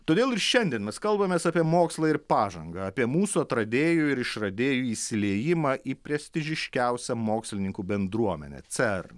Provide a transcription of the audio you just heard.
todėl ir šiandien mes kalbamės apie mokslą ir pažangą apie mūsų atradėjų ir išradėjų įsiliejimą į prestižiškiausią mokslininkų bendruomenę cern